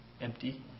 empty